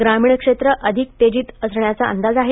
ग्रामीण क्षेत्र अधिक तेजीत असण्याचा अंदाज आहे